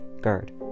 Guard